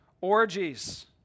orgies